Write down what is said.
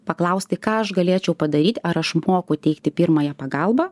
paklausti ką aš galėčiau padaryt ar aš moku teikti pirmąją pagalbą